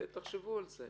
תחשבו על זה.